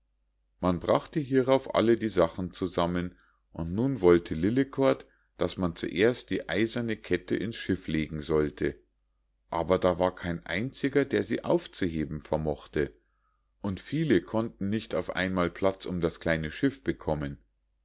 man brachte hierauf alle die sachen zusammen und nun wollte lillekort daß man zuerst die eiserne kette ins schiff legen sollte aber da war kein einziger der sie aufzuheben vermochte und viele konnten nicht auf einmal platz um das kleine schiff bekommen